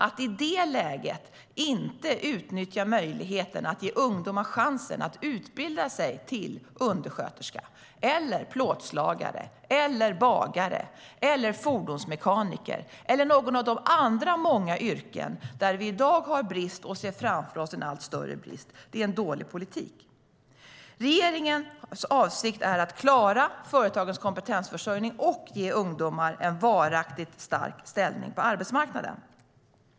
Att i detta läge inte utnyttja möjligheten att ge ungdomar chansen att utbilda sig till undersköterska, plåtslagare, bagare, fordonsmekaniker eller något av de många andra yrken där vi i dag har brist och ser framför oss en allt större brist är dålig politik. Regeringens avsikt är att klara företagens kompetensförsörjning och ge ungdomar en varaktig, stark ställning på arbetsmarknaden.